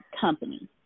company